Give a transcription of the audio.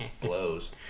blows